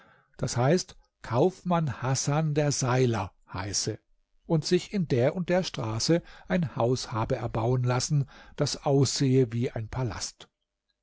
das heißt kaufmann hasan der seiler heiße und sich in der und der straße ein haus habe erbauen lassen das aussehe wie ein palast